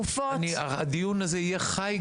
אחת המשימות שלנו --- את לא חייבת --- חברות הכנסת,